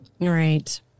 Right